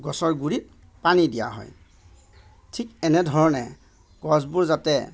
গছৰ গুৰিত পানী দিয়া হয় ঠিক এনেধৰণে গছবোৰ যাতে